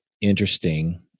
interesting